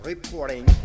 Reporting